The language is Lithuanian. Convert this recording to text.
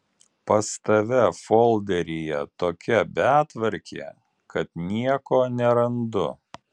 pas tave folderyje tokia betvarkė kad nieko nerandu